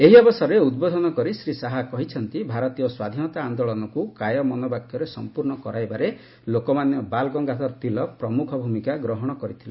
ଏହି ଅବସରରେ ଉଦ୍ବୋଧନ କରି ଶ୍ରୀ ଶାହା କହିଛନ୍ତି ଭାରତୀୟ ସ୍ୱାଧୀନତା ଆନ୍ଦୋଳନକୁ କାୟ ମନ ବାକ୍ୟରେ ସମ୍ପୂର୍ଣ୍ଣ କରାଇବାରେ ଲୋକମାନ୍ୟ ବାଲ୍ ଗଙ୍ଗାଧର ତିଲକ ପ୍ରମୁଖ ଭୂମିକା ଗ୍ରହଣ କରିଥିଲେ